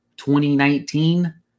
2019